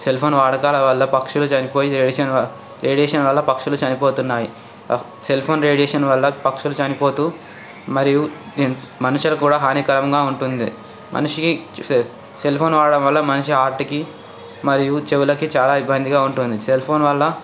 cell phone వాడకం వల్ల పక్షులు చనిపోయి రేడేష రేడియేషన్ వల్ల పక్షులు చనిపోతున్నాయి సెల్ ఫోన్ రేడియేషన్ వల్ల పక్షులు చనిపోతూ మరియు మనుషులకు కూడా హానికరంగా ఉంటుంది మనిషికి సెల్ ఫోన్ వాడటం వల్ల మనిషి హార్ట్కి మరియు చెవులకి చాలా ఇబ్బందిగా ఉంటుంది సెల్ ఫోన్ వల్ల